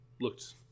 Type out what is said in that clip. looked